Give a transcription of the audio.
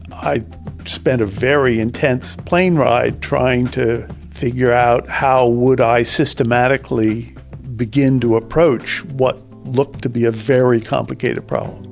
i spent a very intense plane ride trying to figure out, how would i systematically begin to approach what looked to be a very complicated problem.